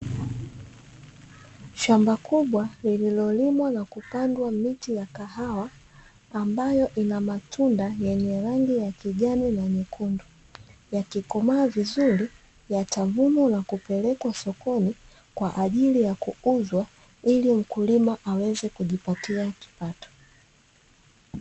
Shamba kubwa lililolimwa na kupandwa miti ya kahawa ambayo ina matunda yenye rangi ya kijani na nyekundu, yakikomaa vizuri yatavunwa na kupelekwa sokoni kwa ajili ya kuuzwa ili mkuliwa aweze kujipatia kipato.